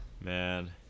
Man